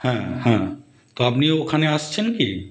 হ্যাঁ হ্যাঁ তো আপনিও ওখানে আসছেন কি